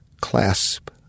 clasp